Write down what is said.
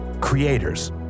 creators